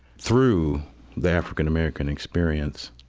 through the african-american experience